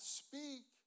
speak